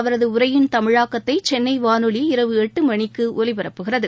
அவரது உரையின் தமிழாக்கத்தை சென்னை வானொலி இரவு எட்டு மணிக்கு ஒலிபரப்புகிறது